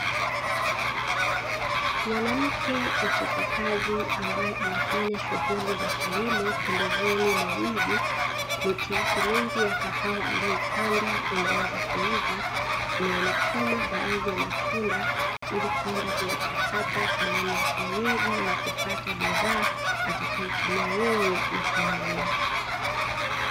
Mwanamke mchapakazi ambaye anafanya shughuli za kilimo pembezoni mwa mji, miti yake mingi ya kahawa aliyoipanda imeanza kuiva na amechuma baadhi ya matunda ili kwenda kuyachakata kwa namna ya kienyeji na kupata bidhaa atakayoitumia yeye na familia.